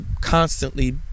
constantly